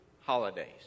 holidays